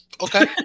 Okay